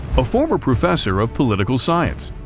a former professor of political science,